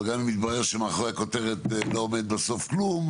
אבל גם אם יתברר שמאחורי הכותרת לא עומד בסוף כלום,